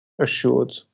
assured